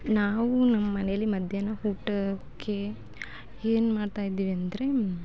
ನಾವು ನಮ್ಮಮನೇಲಿ ಮಧ್ಯಾಹ್ನ ಊಟಕ್ಕೆ ಏನ್ ಮಾಡ್ತಾಯಿದ್ದೀವಿ ಅಂದರೆ